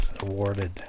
awarded